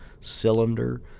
cylinder